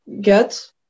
get